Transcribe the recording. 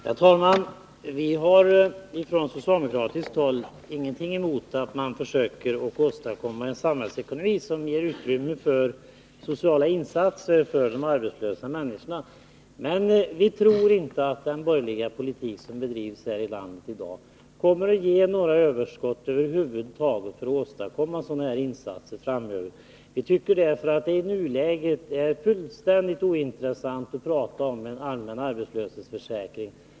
Herr talman! Vi har från socialdemokratiskt håll ingenting emot att man försöker åstadkomma en samhällsekonomi som ger utrymme för sociala insatser för de arbetslösa människorna. Men vi tror inte att den borgerliga politik som bedrivs här i landet i dag över huvud taget kommer att ge några överskott för att åstadkomma sådana här insatser framöver. Vi tycker därför att det i nuläget är fullständigt ointressant att prata om en allmän arbetslöshetsförsäkring.